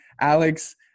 Alex